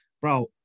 bro